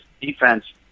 defense